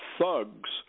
thugs